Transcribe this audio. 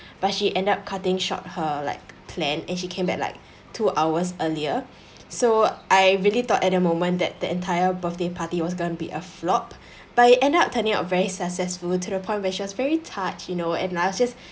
but she end up cutting short her like plan and she came back like two hours earlier so I really thought at the moment that the entire birthday party was going to be a flop but it end up turning out very successful to the point where she was very touched you know and I was just